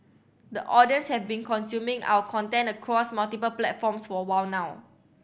audiences have been consuming our content across multiple platforms for a while now